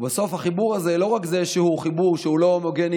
ובסוף החיבור הזה לא רק זה שהוא חיבור שהוא לא הומוגני,